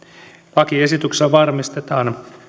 lakiesityksellä varmistetaan